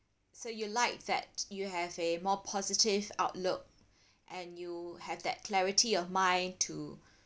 so you like that you have a more positive outlook and you have that clarity of mind to